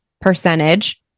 percentage